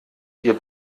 wir